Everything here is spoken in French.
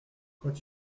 quand